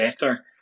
better